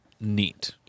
Neat